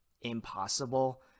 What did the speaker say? impossible